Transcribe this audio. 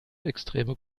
extreme